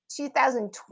2020